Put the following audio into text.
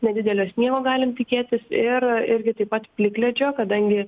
nedidelio sniego galim tikėtis ir irgi taip pat plikledžio kadangi